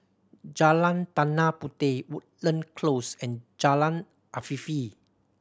Jalan Tanah Puteh Woodland Close and Jalan Afifi